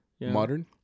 modern